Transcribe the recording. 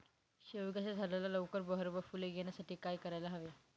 शेवग्याच्या झाडाला लवकर बहर व फूले येण्यासाठी काय करायला हवे?